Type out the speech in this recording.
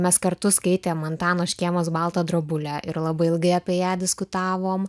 mes kartu skaitėm antano škėmos baltą drobulę ir labai ilgai apie ją diskutavom